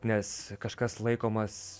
nes kažkas laikomas